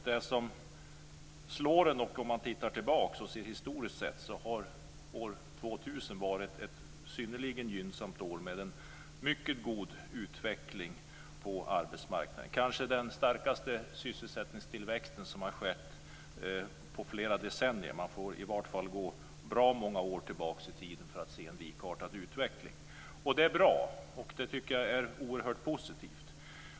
Det som slår en om man tittar tillbaka är att år 2000 historiskt sett har varit ett synnerligen gynnsamt år, med en mycket god utveckling på arbetsmarknaden och den kanske starkaste sysselsättningstillväxt som skett på flera decennier. Man får i vart fall gå bra många år tillbaka i tiden för att se en likartad utveckling. Det är bra. Det är oerhört positivt.